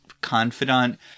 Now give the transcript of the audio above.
confidant